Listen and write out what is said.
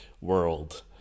world